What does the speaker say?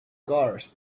course